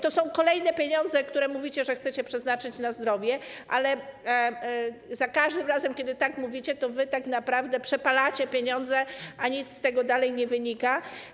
To są kolejne pieniądze, które, jak mówicie, chcecie przeznaczyć na zdrowie, ale za każdym razem, kiedy tak mówicie, to tak naprawdę przepalacie pieniądze i nic z tego nie wynika.